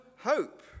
hope